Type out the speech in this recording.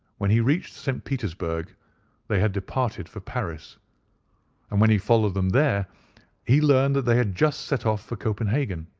when he reached st. petersburg they had departed for paris and when he followed them there he learned that they had just set off for copenhagen.